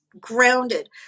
grounded